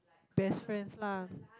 best friends lah